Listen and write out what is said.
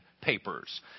papers